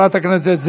חברת הכנסת,